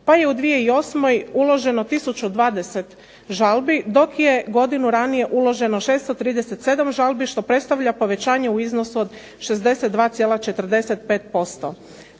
pa je u 2008. uloženo tisuću 20 žalbi dok je godinu ranije uloženo 637 žalbi što predstavlja povećanje u iznosu od 62,45%.